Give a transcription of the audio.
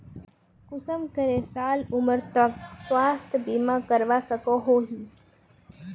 कुंसम करे साल उमर तक स्वास्थ्य बीमा करवा सकोहो ही?